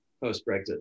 post-Brexit